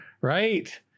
Right